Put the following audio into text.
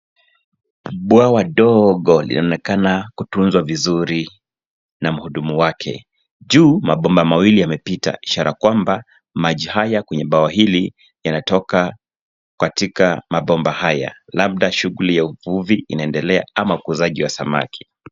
Bwawa ndogo linaonekana kutunzwa vizuri na mhudumu wake. Juu mabomba mawili yamepita, ishara kwamba maji haya kwenye bwawa hili yanatoka katika mabomba haya, labda shughuli ya uvuvi inaendelea ama ukuzaji wa samaki.